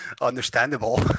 understandable